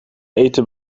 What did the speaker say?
eten